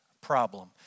problem